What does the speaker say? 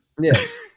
Yes